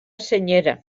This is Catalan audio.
senyera